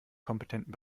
kompetenten